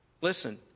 Listen